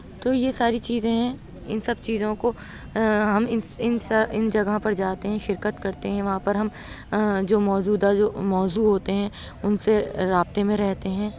تو یہ ساری چیزیں ہیں اِن سب چیزوں کو ہم اِن جگہ پر جاتے ہیں شرکت کرتے ہیں وہاں پر ہم جو موجودہ جو موضوع ہوتے ہیں اُن سے رابطے میں رہتے ہیں